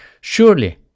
surely